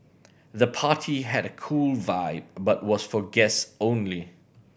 the party had a cool vibe but was for guest only